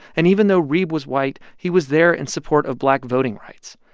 and even though reeb was white, he was there in support of black voting rights.